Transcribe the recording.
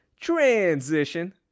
transition